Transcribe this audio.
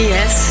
Yes